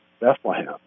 Bethlehem